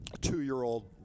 two-year-old